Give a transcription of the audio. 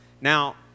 Now